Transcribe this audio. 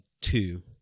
two